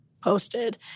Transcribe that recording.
posted